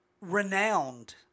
renowned